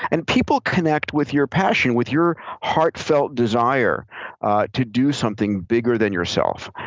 and people connect with your passion, with your heartfelt desire to do something bigger than yourself,